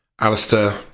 Alistair